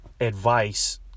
advice